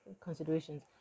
considerations